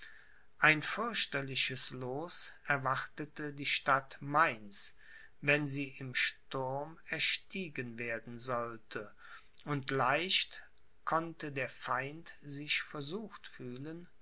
ein fürchterliches loos erwartete die stadt mainz wenn sie im sturm erstiegen werden sollte und leicht konnte der feind sich versucht fühlen